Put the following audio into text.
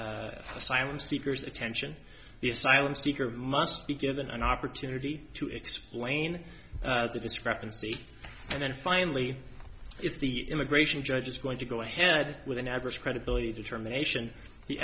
m seekers attention the asylum seeker must be given an opportunity to explain the discrepancy and then finally if the immigration judge is going to go ahead with an average credibility determination the